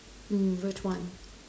mm which one